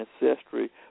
Ancestry